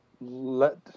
let